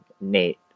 Nate